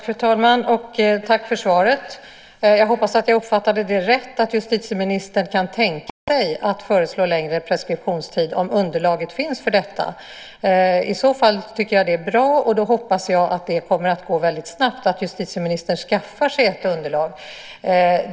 Fru talman! Tack för svaret! Jag hoppas att jag uppfattade det rätt att justitieministern kan tänka sig att föreslå längre preskriptionstid om underlaget finns för detta. I så fall tycker jag att det är bra och hoppas att det kommer att gå väldigt snabbt för justitieministern att skaffa sig ett underlag.